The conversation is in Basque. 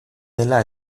dela